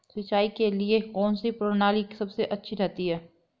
सिंचाई के लिए कौनसी प्रणाली सबसे अच्छी रहती है?